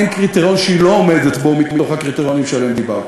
אין קריטריון שהיא לא עומדת בו מתוך הקריטריונים שעליהם דיברתי.